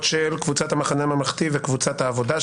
של קבוצת המחנה הממלכתי וקבוצת העבודה,